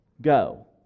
Go